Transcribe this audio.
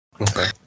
Okay